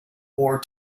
more